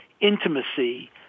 intimacy